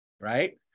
right